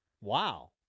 Wow